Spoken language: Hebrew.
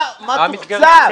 מה תוקצב?